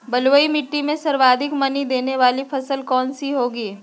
बलुई मिट्टी में सर्वाधिक मनी देने वाली फसल कौन सी होंगी?